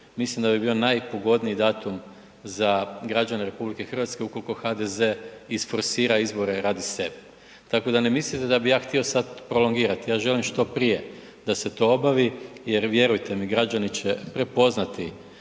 mislim da bi bio najpogodniji datum za građane RH ukoliko HDZ isforsira izbore radi sebe. Tako da ne mislite da bi ja htio prolongirati, ja želim što prije da se to obavi jer vjerujte mi, građani će prepoznati